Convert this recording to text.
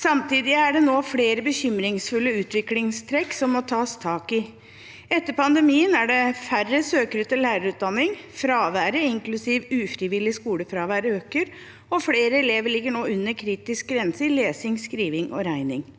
Samtidig er det nå flere bekymringsfulle utviklingstrekk som må tas tak i. Etter pandemien er det færre søkere til lærerutdanning. Fraværet – inklusiv ufrivillig skolefravær – øker, og flere elever ligger nå under kritisk grense i lesing, skriving og regning.